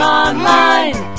online